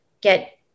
get